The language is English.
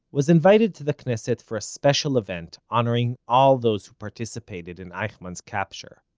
was invited to the knesset for a special event honoring all those who participated in eichmann's capture.